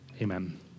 amen